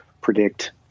predict